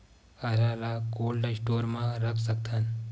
हरा ल cold store म रख सकथन?